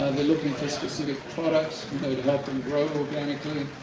they're looking for specific products. you know to help them grow organically.